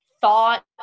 thought